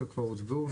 הן הוצבעו?